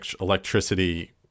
electricity